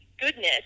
goodness